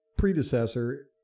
predecessor